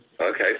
Okay